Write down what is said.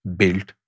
built